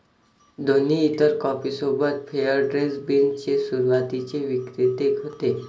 दोन्ही इतर कॉफी सोबत फेअर ट्रेड बीन्स चे सुरुवातीचे विक्रेते होते